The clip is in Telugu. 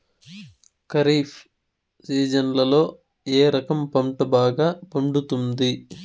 ఖరీఫ్ సీజన్లలో ఏ రకం పంట బాగా పండుతుంది